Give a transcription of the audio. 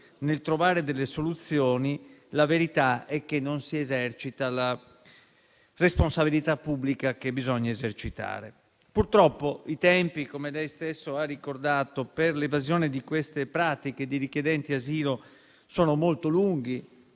nel trovare soluzioni, la verità è che non si esercita la responsabilità pubblica che bisogna esercitare. Purtroppo, come lei stesso ha ricordato, i tempi per l'evasione delle pratiche dei richiedenti asilo sono molto lunghi: